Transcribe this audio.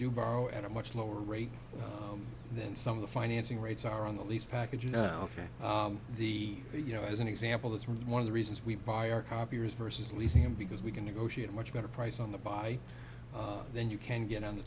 do borrow at a much lower rate than some of the financing rates are on the lease package now the you know as an example that's one of the reasons we buy our copiers versus leasing and because we can negotiate much better price on the buy then you can get on the